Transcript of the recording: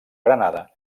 granada